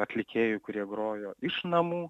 atlikėjų kurie grojo iš namų